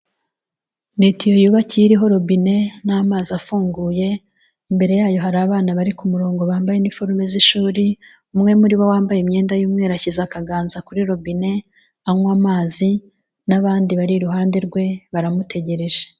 Ni itiyo yubakiye iriho robine n'amazi afunguye, imbere yayo hari abana bari ku murongo bambaye iniforume z'ishuri, umwe muri bo wambaye imyenda y'umweru ashyize akaganza kuri robine, anywa amazi, n'abandi bari iruhande rwe baramutegereje.